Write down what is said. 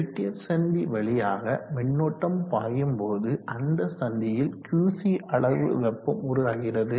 Peltier சந்தி வழியாக மின்னோட்டோம் பாயும் போது அந்த சந்தியில் QC அளவு வெப்பம் உருவாகிறது